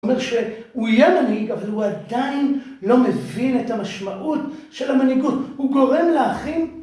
הוא אומר שהוא יהיה מנהיג אבל הוא עדיין לא מבין את המשמעות של המנהיגות הוא גורם לאחים